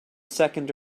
second